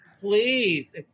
please